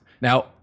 Now